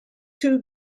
two